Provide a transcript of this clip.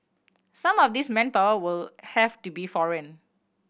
some of this manpower will have to be foreign